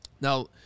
Now